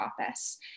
office